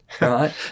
Right